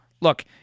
Look